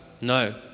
No